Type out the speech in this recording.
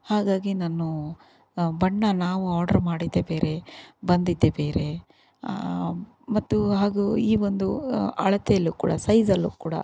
ಹಾಗಾಗಿ ನಾನು ಬಣ್ಣ ನಾವು ಆಡ್ರ್ ಮಾಡಿದ್ದೇ ಬೇರೆ ಬಂದಿದ್ದೇ ಬೇರೆ ಮತ್ತು ಹಾಗೂ ಈ ಒಂದು ಅಳತೇಲೂ ಕೂಡ ಸೈಜಲ್ಲೂ ಕೂಡ